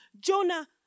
Jonah